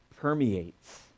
permeates